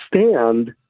stand